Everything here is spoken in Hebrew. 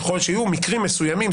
ככל שיהיו מקרים מסוימים,